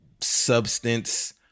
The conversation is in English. substance